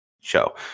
show